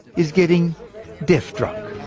is getting deaf drunk.